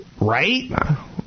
Right